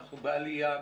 אנחנו בעלייה,